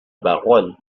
baronne